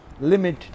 limit